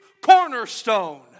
cornerstone